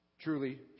Truly